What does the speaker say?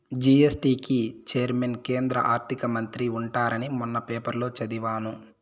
GST కి chairman కేంద్ర ఆర్థిక మంత్రి ఉంటారని మొన్న పేపర్లో చదివాను